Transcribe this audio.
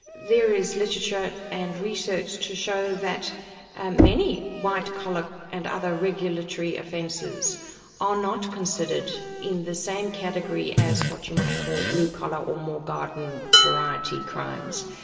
there is literature and research to show that many white collar and other regulatory regulatory offences are not considered in the same category as what you might call blue collar or more garden variety crimes.